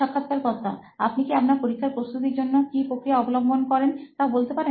সাক্ষাৎকারকর্তা আপনি কি আপনার পরীক্ষার প্রস্তুতির জন্য কি প্রক্রিয়া অবলম্বন করেন তা বলতে পারেন